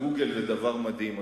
"גוגל" זה דבר מדהים,